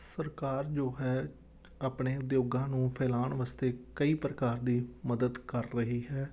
ਸਰਕਾਰ ਜੋ ਹੈ ਆਪਣੇ ਉਦਯੋਗਾਂ ਨੂੰ ਫੈਲਾਉਣ ਵਾਸਤੇ ਕਈ ਪ੍ਰਕਾਰ ਦੀ ਮਦਦ ਕਰ ਰਹੀ ਹੈ